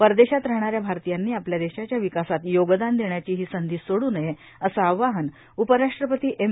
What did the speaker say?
परदेशात राहणाऱ्या भारतीयांनी आपल्या देशाच्या विकासात योगदान देण्याची ही संधी सोड् नये असं आवाहन उपराष्ट्रपती एम